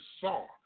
saw